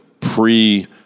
pre